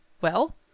Well